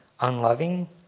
unloving